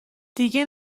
دیگه